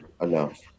enough